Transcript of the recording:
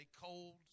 cold